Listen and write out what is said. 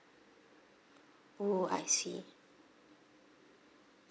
oh I see